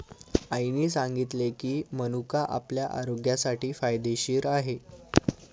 आईने सांगितले की, मनुका आपल्या आरोग्यासाठी फायदेशीर आहे